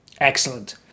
Excellent